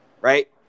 right